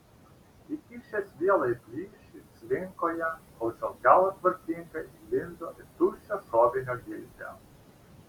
įkišęs vielą į plyšį slinko ją kol šios galas tvarkingai įlindo į tuščią šovinio gilzę